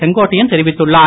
செங்கோட்டையன் தெரிவித்துள்ளார்